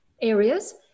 areas